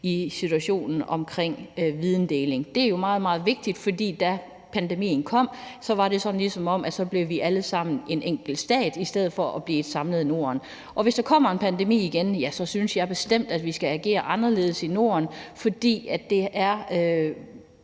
til situationen omkring videndeling. Det er jo meget, meget vigtigt, for da pandemien kom, var det, som om vi ligesom alle sammen blev til enkelte stater i stedet for at blive et samlet Norden. Og hvis der kommer en pandemi igen, så synes jeg bestemt, at vi skal agere anderledes i Norden, fordi det på